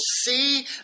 See